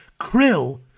krill